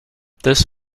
this